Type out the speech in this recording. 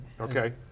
Okay